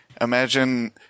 imagine